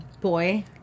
boy